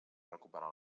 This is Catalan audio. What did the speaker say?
recuperar